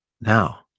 now